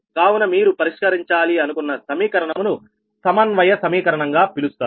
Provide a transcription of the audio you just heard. కావున మీరు పరిష్కరించాలి అనుకున్న సమీకరణమును సమన్వయ సమీకరణం గా పిలుస్తారు